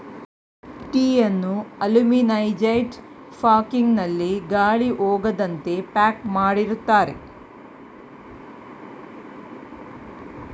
ಟೀಯನ್ನು aluminized packing ನಲ್ಲಿ ಗಾಳಿ ಹೋಗದಂತೆ ಪ್ಯಾಕ್ ಮಾಡಿರುತ್ತಾರೆ